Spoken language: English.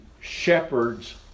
shepherd's